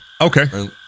Okay